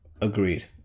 Agreed